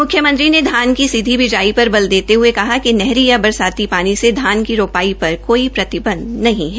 मुख्यमंत्री ने धान की सीधी बिजाई पर बल देते हये कहा कि नहरी या बरसाती पानी से धान की रोपाई पर कोई प्रतिबंध नहीं है